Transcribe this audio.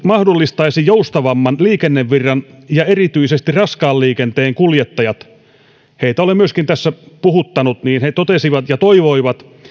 mahdollistaisi joustavamman liikennevirran ja erityisesti raskaan liikenteen kuljettajat joita olen myöskin tässä puhuttanut totesivat ja toivoivat